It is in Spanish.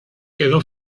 quedó